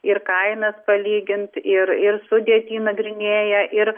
ir kainas palygint ir ir sudėtį nagrinėja ir